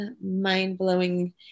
mind-blowing